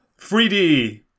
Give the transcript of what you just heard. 3d